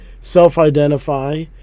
self-identify